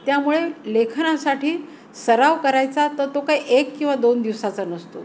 त्यामुळे लेखनासाठी सराव करायचा तर तो काही एक किंवा दोन दिवसाचा नसतो